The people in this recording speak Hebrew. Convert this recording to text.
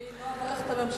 אני לא אברך את הממשלה,